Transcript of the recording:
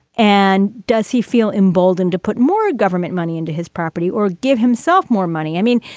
and does he feel emboldened to put more? government money into his property or give himself more money. i mean,